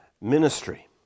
ministry